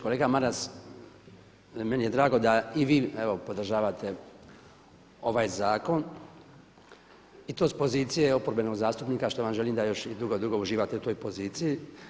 Kolega Maras, meni je drago da i vi evo podržavate ovaj zakon i to s pozicije oporbenog zastupnika što vam želim da još i dugo dugo uživate u toj poziciji.